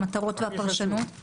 המטרות והפרשנות.